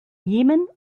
jemen